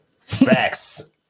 Facts